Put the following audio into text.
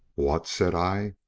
what? said i,